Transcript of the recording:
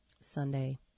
Sunday